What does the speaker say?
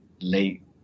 late